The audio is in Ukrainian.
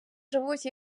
живуть